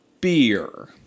beer